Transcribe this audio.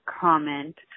comment